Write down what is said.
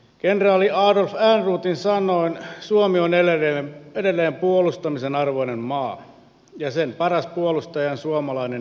kenraali adolf ehrnroothin sanoin suomi on edelleen puolustamisen arvoinen maa ja sen paras puolustaja on suomalainen itse